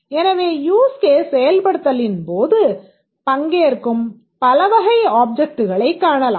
எனவே use case செயல்படுத்தலின் போது பங்கேற்கும் பலவகை ஆப்ஜெக்ட்களைக் காணலாம்